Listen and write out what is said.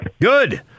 Good